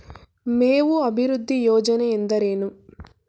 ಮೇವು ಅಭಿವೃದ್ಧಿ ಯೋಜನೆ ಎಂದರೇನು?